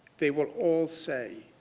they would all say,